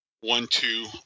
one-two